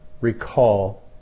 recall